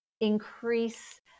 increase